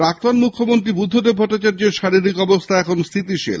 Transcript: প্রাক্তণ মুখ্যমন্ত্রী বুদ্ধদেব ভট্টাচার্যর শারীরিক অবস্থা এখন স্থিতিশীল